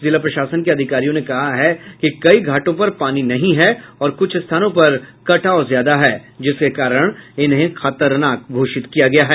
जिला प्रशासन के अधिकारियों ने कहा कि कई घाटों पर पानी नहीं है और कुछ स्थानों पर कटाव ज्यादा है जिसके कारण इन्हें खतरनाक घोषित किया गया है